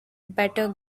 better